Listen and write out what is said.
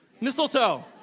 Mistletoe